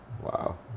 Wow